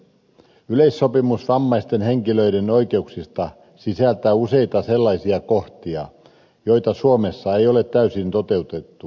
yleissopimus vammaisten henkilöiden oikeuksista sisältää useita sellaisia kohtia joita suomessa ei ole täysin toteutettu